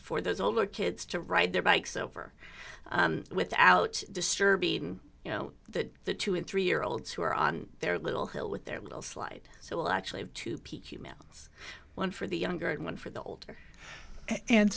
for those older kids to ride their bikes over without disturbing you know that the two and three year olds who are on their little hill with their little slide so will actually have to peek you males one for the younger one for the older and